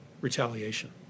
retaliation